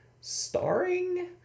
starring